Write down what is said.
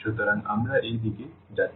সুতরাং আমরা এই দিকে যাচ্ছি